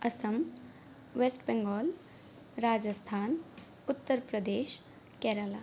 असं वेस्ट् बेङ्गाल् राजस्थान् उत्तरप्रदेशः केरल